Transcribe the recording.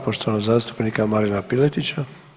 poštovanog zastupnika Marina Piletića.